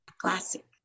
Classic